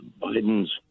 Biden's